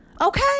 okay